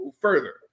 further